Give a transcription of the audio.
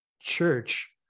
church